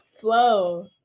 Flow